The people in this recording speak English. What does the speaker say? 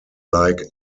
like